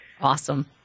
Awesome